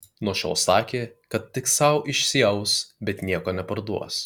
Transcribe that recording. nuo šiol sakė kad tik sau išsiaus bet nieko neparduos